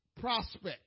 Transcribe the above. prospect